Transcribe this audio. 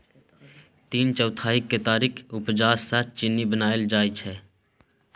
तीन चौथाई केतारीक उपजा सँ चीन्नी बनाएल जाइ छै